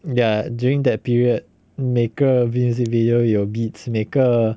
ya during that period 每个 music video 有 beats 每个